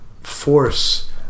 force